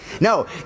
No